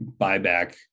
buyback